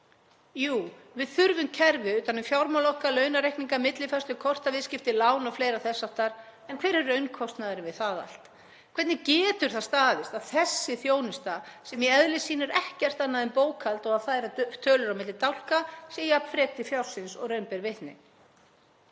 Jú, við þurfum kerfi utan um fjármál okkar, launareikninga, millifærslur, kortaviðskipti, lán og fleira þess háttar. En hver er raunkostnaðurinn við það allt? Hvernig getur það staðist að þessi þjónusta, sem í eðli sínu er ekkert annað en bókhald og að færa tölur á milli dálka, sé jafn frek til fjörsins og raun ber vitni?